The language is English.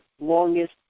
longest